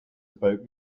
about